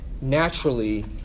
naturally